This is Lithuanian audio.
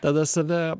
tada save